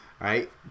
right